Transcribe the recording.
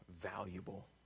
valuable